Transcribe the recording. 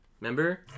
Remember